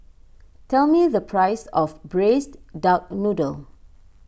tell me the price of Braised Duck Noodle